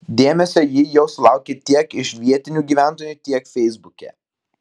dėmesio ji jau sulaukė tiek iš vietinių gyventojų tiek feisbuke